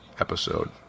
episode